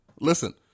listen